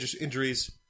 injuries